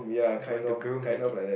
you want to groom like it